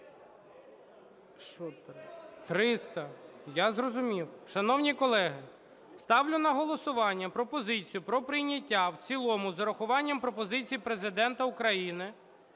я зрозумів. Шановні колеги, ставлю на голосування пропозицію про прийняття в цілому з урахуванням пропозицій Президента України